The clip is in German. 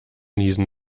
niesen